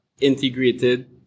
integrated